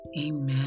amen